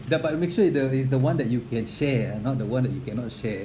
that but make sure the is the one that you can share ah not the one that you cannot share